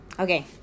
Okay